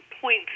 points